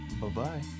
Bye-bye